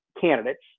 candidates